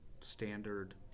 standard